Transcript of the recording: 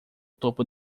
topo